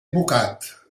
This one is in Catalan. advocat